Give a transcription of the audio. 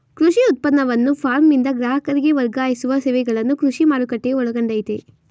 ಕೃಷಿ ಉತ್ಪನ್ನವನ್ನು ಫಾರ್ಮ್ನಿಂದ ಗ್ರಾಹಕರಿಗೆ ವರ್ಗಾಯಿಸುವ ಸೇವೆಗಳನ್ನು ಕೃಷಿ ಮಾರುಕಟ್ಟೆಯು ಒಳಗೊಂಡಯ್ತೇ